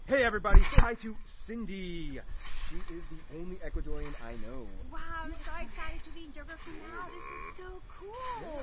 hey everybody, say hi to cindy! she is the only ecuadorian i know. wow, i'm so excited to be on geography now! this is so cool!